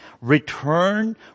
return